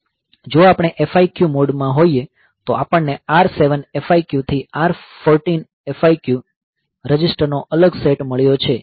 જો આપણે FIQ મોડમાં હોઈએ તો આપણને R7 FIQ થી R14 FIQ રજિસ્ટરનો અલગ સેટ મળ્યો છે